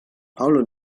paul